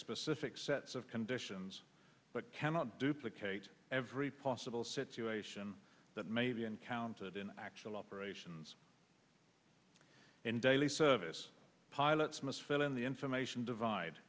specific sets of conditions but cannot duplicate every possible situation that may be encountered in actual operations in daily service pilots must fill in the information divide